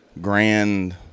grand